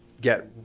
get